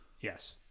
Yes